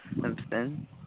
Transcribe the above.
Simpson